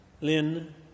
Lynn